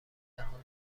جهان